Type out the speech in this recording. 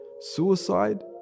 Suicide